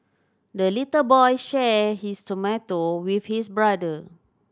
the little boy shared his tomato with his brother